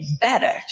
better